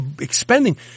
expending